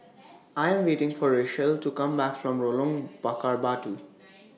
I Am waiting For Rachelle to Come Back from Lorong Bakar Batu